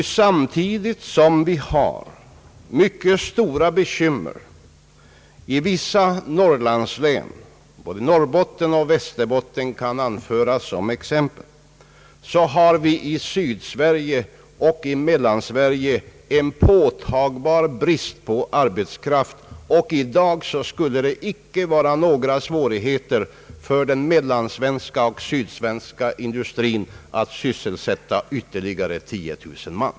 Samtidigt som vi har mycket stora bekymmer i vissa norrlandslän — både Norrbotten och Västerbotten kan anföras som exempel — har vi i Sydsverige och i Mellansverige en påtaglig brist på arbetskraft, och i dag skulle det inte vara några svårigheter för den mellansvenska och sydsvenska industrin att sysselsätta ytterligare 10 000 man.